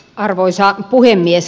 arvoisa puhemies